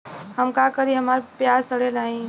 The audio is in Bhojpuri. हम का करी हमार प्याज सड़ें नाही?